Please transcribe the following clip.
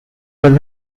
was